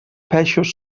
peixos